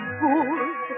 good